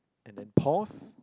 and then pause